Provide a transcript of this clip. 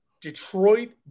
Detroit